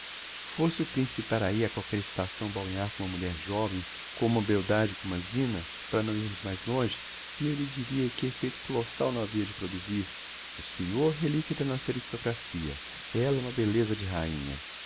fosse o principe para ahi a qualquer estação balnear com uma mulher joven com uma beldade como a zina para não irmos mais longe e eu lhe diria que effeito colossal não havia de produzir o senhor reliquia da nossa aristocracia ella uma belleza de rainha